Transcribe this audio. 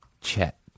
Chet